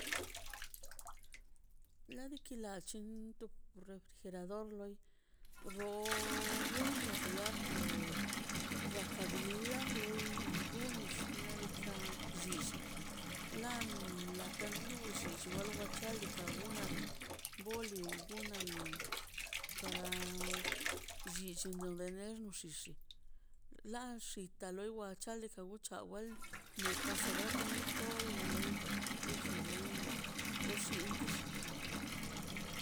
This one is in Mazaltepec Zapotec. Ladiki nanllo refrigerador loi roi runlla gudar to raka dil lax loi runix xnaꞌ diikaꞌ llilli lan latandurlli dill wal wa chalgui ka unal bolin gonal kara llilli de nox llilli lan xinta loi wa chal ekabuchan a wal no ka sobrate no tol wa lei wxen loi lo xintix